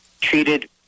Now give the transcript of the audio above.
treated